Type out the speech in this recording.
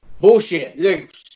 bullshit